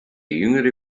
jüngere